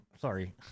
sorry